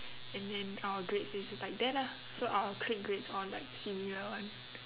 and then our grades is like that lah so our clique grades all like similar [one]